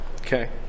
Okay